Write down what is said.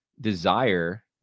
desire